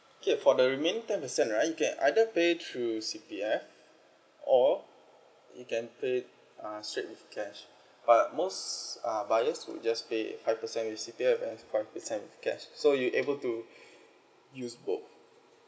K for the remaining ten percent right you can either pay through C_P_F or you can pay uh straight with cash but most uh buyers would just pay five percent with C_P_F and five percent with cash so you able to use both